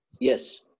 Yes